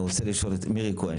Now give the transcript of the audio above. מירי כהן,